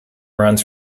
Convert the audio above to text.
runs